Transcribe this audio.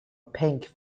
pink